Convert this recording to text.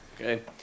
Okay